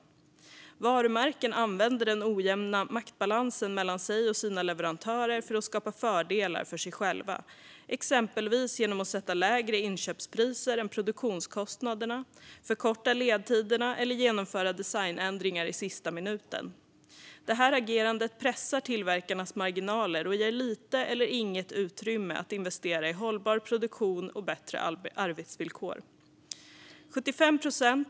Varumärken använder den ojämna maktbalansen mellan sig och sina leverantörer för att skapa fördelar för sig själva, exempelvis genom att sätta inköpspriser som är lägre än produktionskostnaderna, förkorta ledtiderna eller genomföra designändringar i sista minuten. Det här agerandet pressar tillverkarnas marginaler och ger lite eller inget utrymme att investera i hållbar produktion och bättre arbetsvillkor.